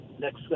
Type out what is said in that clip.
next